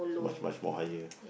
it's much much more higher